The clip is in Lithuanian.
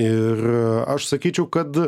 ir aš sakyčiau kad